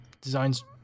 designs